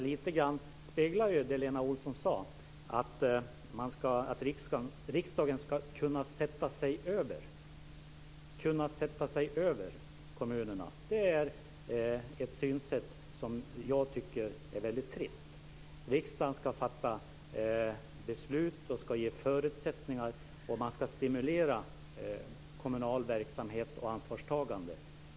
Lite grann speglar det som Lena Olsson sade att riksdagen ska kunna sätta sig över kommunerna. Det är ett synsätt som jag tycker är väldigt trist. Riksdagen ska fatta beslut och ge förutsättningar, och även kommunal verksamhet och ansvarstagande ska stimuleras.